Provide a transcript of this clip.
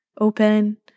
open